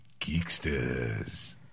Geeksters